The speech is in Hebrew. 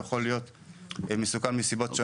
הוא יכול להיות מסוכן מכל מיני סיבות,